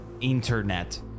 internet